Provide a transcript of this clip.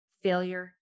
Failure